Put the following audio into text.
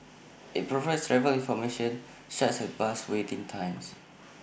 IT provides travel information such as bus waiting times